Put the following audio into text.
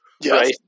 Yes